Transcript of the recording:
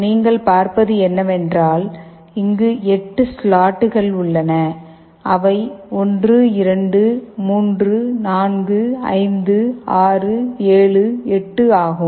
நீங்கள் பார்ப்பது என்னவென்றால் இங்கு 8 ஸ்லாட்கள் உள்ளன அவை 1 2 3 4 5 6 7 8 ஆகும்